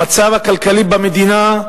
המצב הכלכלי במדינה,